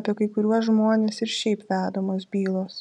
apie kai kuriuos žmones ir šiaip vedamos bylos